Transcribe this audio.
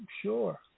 sure